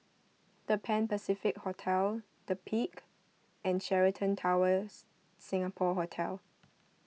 the Pan Pacific Hotel the Peak and Sheraton Towers Singapore Hotel